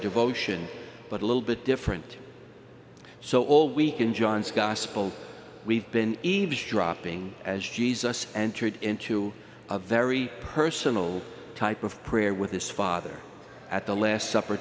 devotion but a little bit different so all week in john's gospel we've been eavesdropping as jesus and turned into a very personal type of prayer with his father at the last supper